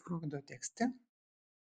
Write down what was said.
froido tekste